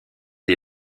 des